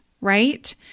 right